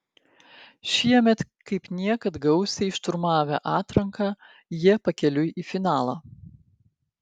šiemet kaip niekad gausiai šturmavę atranką jie pakeliui į finalą